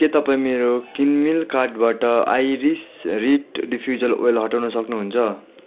के तपाईँ मेरो किनमेल कार्टबाट आइरिस रिड डिफ्युजर ओइल हटाउन सक्नुहुन्छ